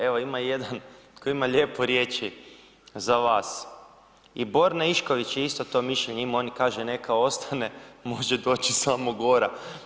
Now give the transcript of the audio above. Evo ima jedan koji ima lijepe riječi za vas, i Borna Išković je isto to mišljenje imao, on kaže neka ostane, može doći samo gora.